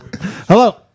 hello